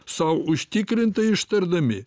sau užtikrintai ištardami